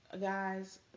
guys